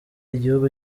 igihugu